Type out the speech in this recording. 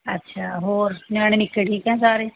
ਅੱਛਾ ਹੋਰ ਨਿਆਣੇ ਨਿੱਕੇ ਠੀਕ ਹੈ ਸਾਰੇ